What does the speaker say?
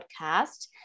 podcast